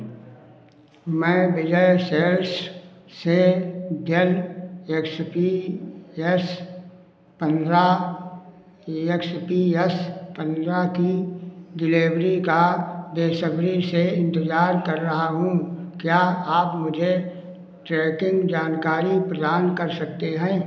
मैं विजय सेल्स से Dell X P S पंद्रह इ एक्स पी एस पंद्रह की डिलेवरी का बेसब्री से इंतज़ार कर रहा हूँ क्या आप मुझे ट्रैकिंग जानकारी प्रदान कर सकते हैं